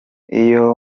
iyo